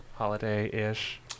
holiday-ish